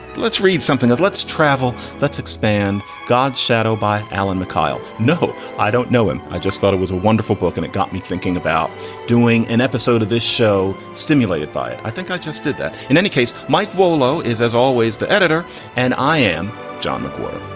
let's read something that let's travel, let's expand god's shadow by alan mckeel. no, i don't know him. i just thought it was a wonderful book and it got me thinking about doing an episode of this show stimulated by it. i think i just did that. in any case, mike volo is as always, the editor and i am john mcgraw